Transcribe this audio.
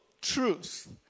truth